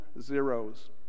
zeros